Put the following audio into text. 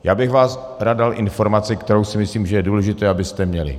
Já bych vám rád dal informaci, kterou si myslím, že je důležité, abyste měli.